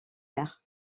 air